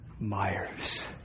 Myers